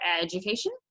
Education